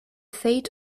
fate